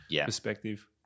perspective